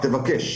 תבקש.